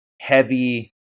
heavy